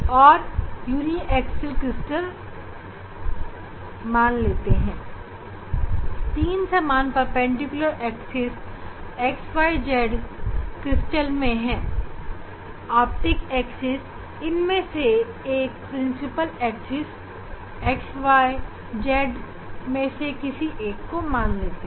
चलिए मान लेते हैं तीन सामान परपेंडिकुलर एक्सिस xyz क्रिस्टल में है और ऑप्टिक्स एक्सिस को इनमें से किसी एक को मान लेते हैं